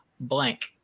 blank